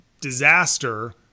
disaster